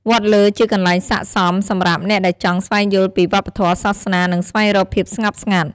វត្តលើជាកន្លែងស័ក្តិសមសម្រាប់អ្នកដែលចង់ស្វែងយល់ពីវប្បធម៌ សាសនា និងស្វែងរកភាពស្ងប់ស្ងាត់។